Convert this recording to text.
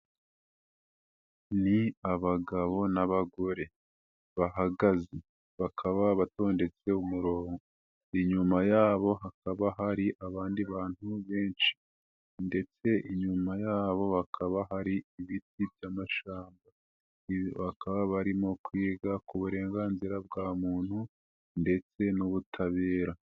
Ni abagabo n'abagore bahagaze. Bakaba batondetse umurongo. Inyuma yabo hakaba hari abandi bantu benshi. Ndetse inyuma yabo hakaba hari ibiti by'amashyamba, bakaba barimo kwiga ku burenganzira bwa muntu ndetse n'ubutabera.